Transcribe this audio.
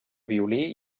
violí